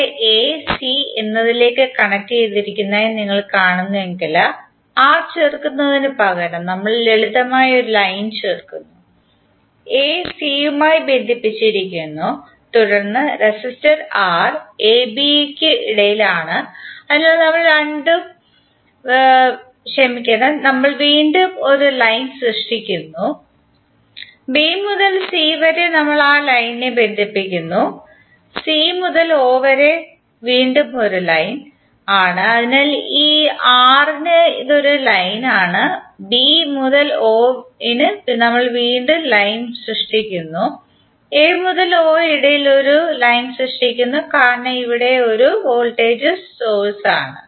ഇവിടെ A C എന്നതിലേക്ക് കണക്റ്റുചെയ്തിരിക്കുന്നതായി നിങ്ങൾ കാണുന്നുവെങ്കിൽ R ചേർക്കുന്നതിനുപകരം നമ്മൾ ലളിതമായി ഒരു ലൈൻ ചേർക്കുന്നു എ സി യുമായി ബന്ധിപ്പിച്ചിരിക്കുന്നു തുടർന്ന് റെസിസ്റ്റർ R എ ബി ക്കു ഇടയിലാണ് അതിനാൽ നമ്മൾ വീണ്ടും ഒരു ലൈൻ സൃഷ്ടിക്കുന്നു b മുതൽ c വരെ നമ്മൾ ആ ലൈനിനെ ബന്ധിപ്പിക്കുന്നു c മുതൽ o അത് വീണ്ടും ഒരു ലൈൻ ആണ് അതിനാൽ ഈ R ന് ഇത് ഒരു ലൈൻ ആണ് b മുതൽ o ന് നമ്മൾ വീണ്ടും ലൈൻ സൃഷ്ടിക്കുന്നു a മുതൽ o ഇടയിൽ ഒരു ലൈൻ സൃഷ്ടിക്കുന്നു കാരണം ഇവിടെ ഒരു വോൾടേജ് സോഴ്സ് ആണ്